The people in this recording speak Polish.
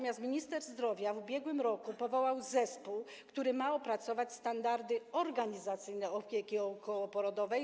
Minister zdrowia w ubiegłym roku powołał zespół, który ma opracować standardy organizacyjne opieki okołoporodowej.